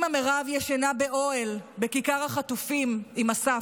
אימא מירב ישנה באוהל בכיכר החטופים עם אסף.